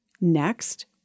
Next